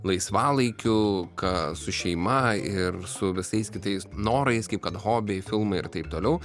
laisvalaikiu ką su šeima ir su visais kitais norais kaip kad hobiai filmai ir taip toliau